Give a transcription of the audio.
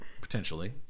potentially